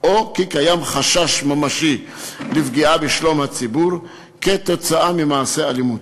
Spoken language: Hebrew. או כי קיים חשש ממשי לפגיעה בשלום הציבור כתוצאה ממעשה אלימות.